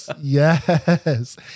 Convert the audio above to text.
Yes